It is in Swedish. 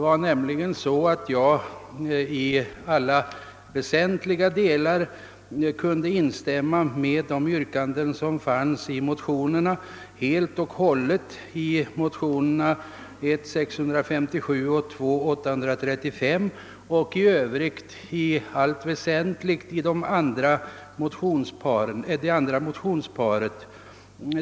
Jag kunde helt och hållet instämma i motionerna I: 657 och II: 835 och i allt väsentligt i det andra motionsparet.